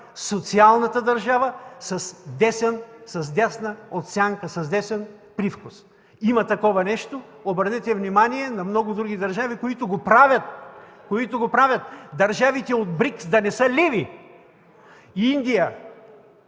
социалната държава с десен привкус! Има такова нещо – обърнете внимание на много други държави, които го правят! Държавите от БРИКС да не са леви? Индия,